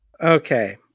Okay